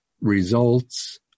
results